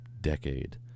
decade